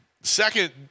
Second